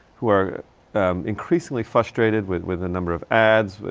who are um increasingly frustrated with, with the number of ads, with,